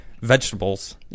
vegetables